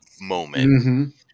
moment